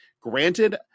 Granted